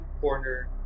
corner